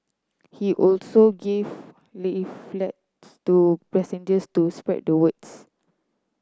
he also gave leaflets to passengers to spread the words